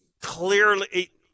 clearly